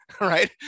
right